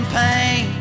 pain